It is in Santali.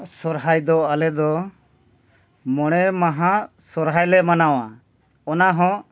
ᱥᱚᱦᱚᱨᱟᱭ ᱫᱚ ᱟᱞᱮ ᱫᱚ ᱢᱚᱬᱮ ᱢᱟᱦᱟ ᱥᱚᱦᱚᱨᱟᱭ ᱞᱮ ᱢᱟᱱᱟᱣᱟ ᱚᱱᱟ ᱦᱚᱸ